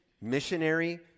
missionary